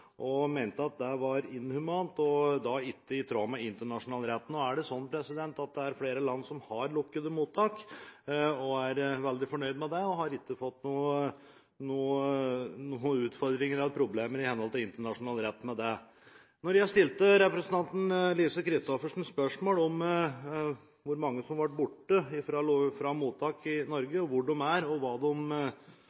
og mente at det var inhumant og ikke i tråd med internasjonal rett. Nå er det flere land som har lukkede mottak og er veldig fornøyd med det, og som ikke har fått noen utfordringer eller problemer med det i henhold til internasjonal rett. Da jeg stilte representanten Lise Christoffersen spørsmål om hvor mange som ble borte fra mottak i